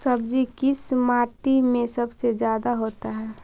सब्जी किस माटी में सबसे ज्यादा होता है?